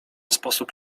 sposób